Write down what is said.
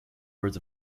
birds